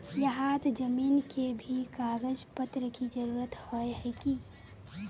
यहात जमीन के भी कागज पत्र की जरूरत होय है की?